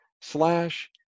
slash